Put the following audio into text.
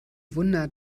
wunder